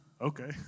okay